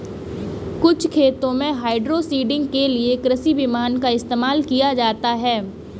कुछ खेतों में हाइड्रोसीडिंग के लिए कृषि विमान का इस्तेमाल किया जाता है